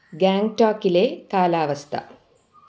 ഗാംഗ്ടോക്കിലെ കാലാവസ്ഥ